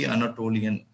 Anatolian